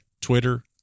Twitter